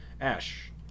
Ash